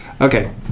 Okay